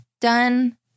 done